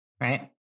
right